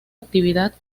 actividad